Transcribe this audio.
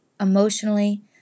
emotionally